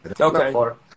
Okay